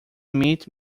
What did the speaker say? meet